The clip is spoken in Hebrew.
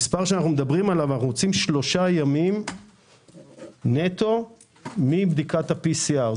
אנחנו רוצים שלושה ימים נטו מבדיקת ה-PCR.